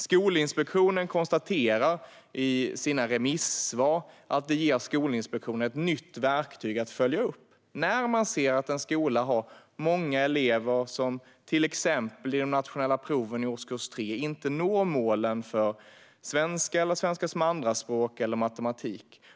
Skolinspektionen konstaterar i sina remissvar att detta ger Skolinspektionen ett nytt verktyg för att följa upp när man ser att en skola har många elever som till exempel i de nationella proven i årskurs 3 inte når målen för svenska, svenska som andraspråk eller matematik.